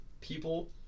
people